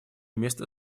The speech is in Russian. место